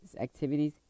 activities